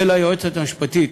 וליועצת המשפטית